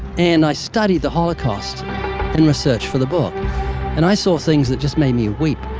and i studied the holocaust in research for the book and i saw things that just made me weep,